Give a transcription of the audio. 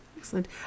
Excellent